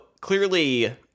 clearly